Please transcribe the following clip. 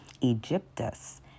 egyptus